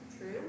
true